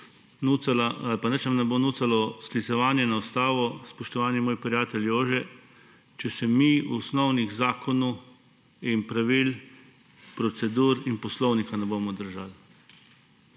Nič nam ne bo pomagalo sklicevanje na ustavo, spoštovani moj prijatelj Jože, če se mi osnovnih zakonov in pravil, procedur in poslovnika ne bomo držali.